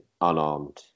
unarmed